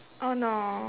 oh no